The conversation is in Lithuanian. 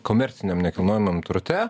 komerciniam nekilnojamam turte